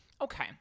Okay